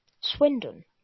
Swindon